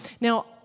Now